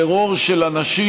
טרור של אנשים,